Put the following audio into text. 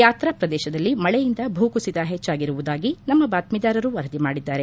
ಯಾತ್ರಾ ಪ್ರದೇಶದಲ್ಲಿ ಮಳೆಯಿಂದ ಭೂಕುಸಿತ ಹೆಚ್ಚಾಗಿರುವುದಾಗಿ ನಮ್ಮ ಬಾತ್ತಿದಾರರು ವರದಿ ಮಾಡಿದ್ದಾರೆ